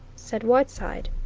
said whiteside.